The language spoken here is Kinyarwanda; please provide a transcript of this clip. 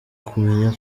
kumenya